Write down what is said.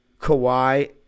Kawhi